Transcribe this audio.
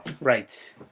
Right